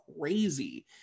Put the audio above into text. crazy